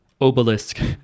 obelisk